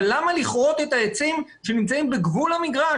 אבל למה לכרות את העצים שנמצאים בגבול המגרש,